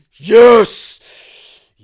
yes